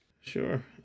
sure